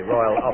Royal